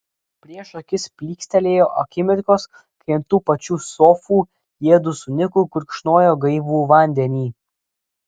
prieš akis plykstelėjo akimirkos kai ant tų pačių sofų jiedu su niku gurkšnojo gaivų vandenį